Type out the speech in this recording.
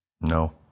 No